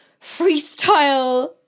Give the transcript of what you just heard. freestyle